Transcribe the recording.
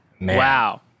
Wow